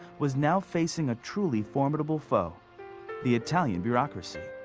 was now facing a truly formidable foe the italian bureaucracy.